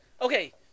Okay